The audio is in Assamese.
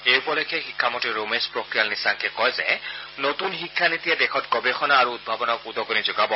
এই উপলক্ষে শিক্ষামন্ত্ৰী ৰমেশ পোখৰিয়াল নিশাংকে কয় যে নতুন শিক্ষানীতিয়ে দেশত গৱেষণা আৰু উদ্ভাৱনক উদগনি যোগাব